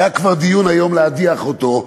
היה כבר דיון היום להדיח אותו,